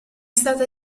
stata